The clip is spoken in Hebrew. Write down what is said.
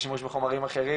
לשימוש בחומרים אחרים,